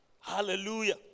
Hallelujah